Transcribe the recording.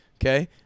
okay